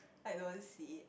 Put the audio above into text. I don't see it